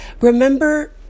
Remember